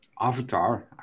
avatar